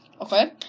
okay